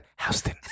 Houston